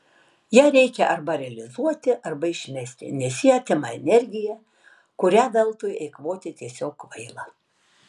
ją reikia arba realizuoti arba išmesti nes ji atima energiją kurią veltui eikvoti tiesiog kvaila